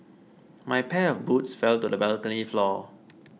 my pair of boots fell to the balcony floor